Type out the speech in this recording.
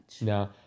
No